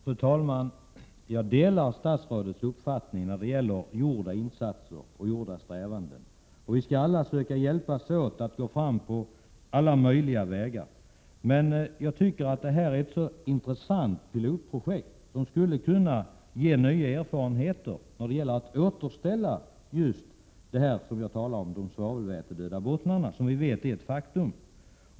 Fru talman! Jag delar statsrådets uppfattning när det gäller de gjorda insatserna och strävandena. Vi skall alla hjälpas åt att gå fram på alla möjliga vägar, men jag tycker att det här är fråga om ett intressant pilotprojekt, som skulle kunna ge nya erfarenheter när det gäller att återställa vad vi just nu talar om, nämligen de svavelvätedöda bottnarna som vi vet är ett faktum.